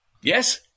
yes